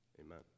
amen